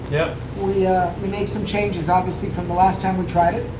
yeah we yeah we made some changes, obviously, from the last time we tried it.